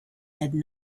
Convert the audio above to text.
had